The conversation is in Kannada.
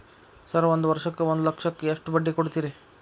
ಸರ್ ಒಂದು ವರ್ಷಕ್ಕ ಒಂದು ಲಕ್ಷಕ್ಕ ಎಷ್ಟು ಬಡ್ಡಿ ಕೊಡ್ತೇರಿ?